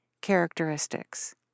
characteristics